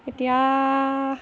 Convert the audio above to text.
এতিয়া